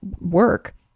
work